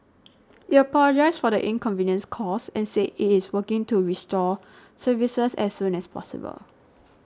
it apologised for the inconvenience caused and said it is working to restore services as soon as possible